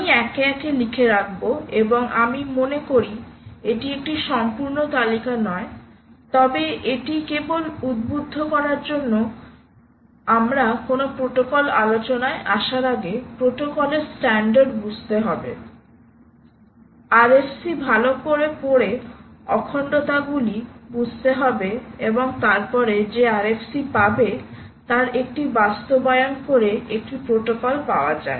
আমি একে একে লিখে রাখব এবং আমি মনে করি এটি একটি সম্পূর্ণ তালিকা নয় তবে কোনও প্রোটোকল আলোচনায় আসার আগে কেবল তোমাদের উদ্বুদ্ধ করার জন্য আমাদের প্রটোকলের স্ট্যান্ডার্ড খুব ভালো করে বুঝতে হবে RFC ভালো করে পড়ে অখণ্ডতাগুলি বুঝতে হবে এবং তারপরে যে RFC পাবে তার একটি বাস্তবায়ন করে একটি প্রোটোকল পাওয়া যাবে